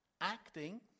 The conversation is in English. acting